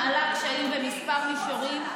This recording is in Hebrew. מעלה קשיים בכמה מישורים,